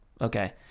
okay